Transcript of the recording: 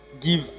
give